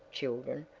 children.